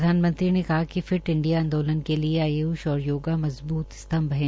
प्रधानमंत्री ने कहा कि फिर इंडिया आंदोलन के लिए आय्ष और योगा मजबूत सतम्भ है